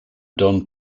don